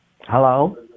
hello